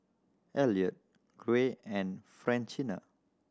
Elliot Gray and Francina